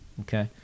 Okay